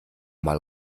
mal